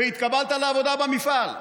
והתקבלת לעבודה במפעל.